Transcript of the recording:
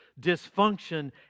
Dysfunction